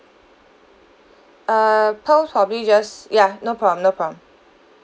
err pearls probably just ya no problem no problem